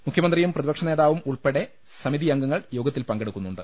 മുഖ്യമന്ത്രിയും പ്രതി പക്ഷ നേതാവുമുൽപ്പെടെ സമിതിയംഗങ്ങൾ യോഗ ത്തിൽ പങ്കെടുക്കുന്നുണ്ട്